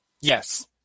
yes